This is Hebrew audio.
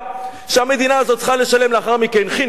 כשהמדינה הזאת צריכה לשלם לאחר מכן חינוך חינם,